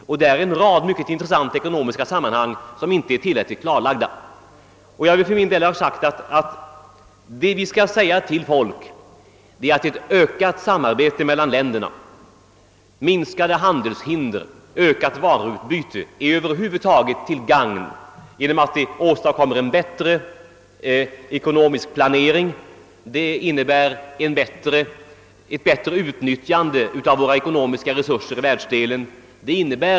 Där uppkommer en rad mycket intressanta ekonomiska sammanhang, som inte är tillräckligt klarlagda. Det vi skall säga till folk är att ökat samarbete mellan länderna, minskade handelshinder och ett ökat varuutbyte är till gagn över huvud taget genom att det åstadkommer en bättre ekonomisk planering och innebär ett bättre utnyttjande av våra ekonomiska resurser i världsdelen.